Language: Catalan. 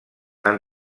han